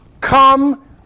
come